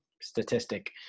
statistic